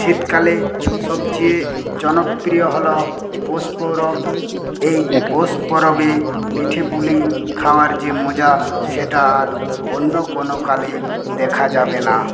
শীতকালে সবচেয়ে জনপ্রিয় হল পৌষ পরব এই পৌষ পরবে পিঠে পুলি খাওয়ার যে মজা সেটা আর অন্য কোনো কালে দেখা যাবে না